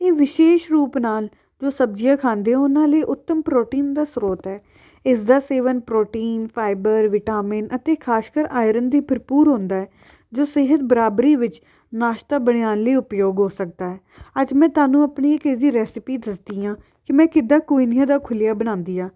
ਇਹ ਵਿਸ਼ੇਸ਼ ਰੂਪ ਨਾਲ਼ ਜੋ ਸਬਜ਼ੀਆਂ ਖਾਂਦੇ ਉਹਨਾਂ ਲਈ ਉੱਤਮ ਪ੍ਰੋਟੀਨ ਦਾ ਸਰੋਤ ਹੈ ਇਸ ਦਾ ਸੇਵਨ ਪ੍ਰੋਟੀਨ ਫ਼ਾਈਬਰ ਵਿਟਾਮਿਨ ਅਤੇ ਖ਼ਾਸ ਕਰ ਆਇਰਨ ਦੀ ਭਰਪੂਰ ਹੁੰਦਾ ਜੋ ਸਿਹਤ ਬਰਾਬਰੀ ਵਿੱਚ ਨਾਸ਼ਤਾ ਬਣਿਆਣ ਲਈ ਉਪਯੋਗ ਹੋ ਸਕਦਾ ਹੈ ਅੱਜ ਮੈਂ ਤੁਹਾਨੂੰ ਆਪਣੀ ਇੱਕ ਇਜ਼ੀ ਰੈਸਪੀ ਦੱਸਦੀ ਹਾਂ ਕਿ ਮੈਂ ਕਿੱਦਾਂ ਕੋਈਨੀਆ ਦਾ ਖੁੱਲ੍ਹੀਆ ਬਣਾਉਂਦੀ ਹਾਂ